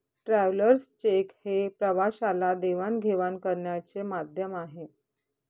travellers cheque हे प्रवाशाला देवाणघेवाण करण्याचे माध्यम आहे